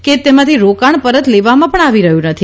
કે તેમાંથી રોકાણ પરત લેવામાં આવી રહ્યું નથી